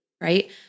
right